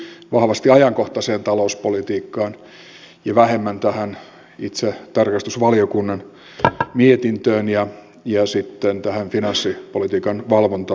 se keskittyi vahvasti ajankohtaiseen talouspolitiikkaan ja vähemmän tähän itse tarkastusvaliokunnan mietintöön ja tähän finanssipolitiikan valvontaosioon